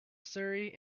surrey